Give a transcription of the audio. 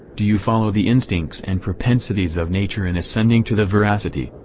do you follow the instincts and propensities of nature in ascending to the veracity,